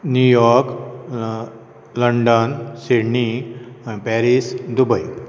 New York London Sydney Paris Dubai